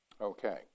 Okay